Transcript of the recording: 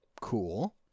Cool